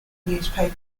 newspaper